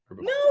no